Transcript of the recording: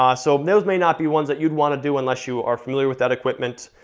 ah so those may not be ones that you'd wanna do unless you are familiar with that equipment.